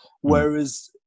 whereas